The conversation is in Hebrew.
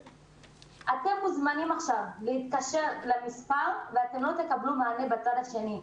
אתם מוזמנים עכשיו להתקשר למספר ואתם לא תקבלו מענה בצד השני.